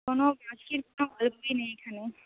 কোনো নেই এখানে